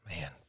Man